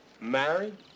Married